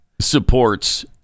supports